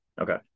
okay